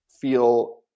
feel